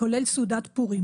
כולל סעודת פורים,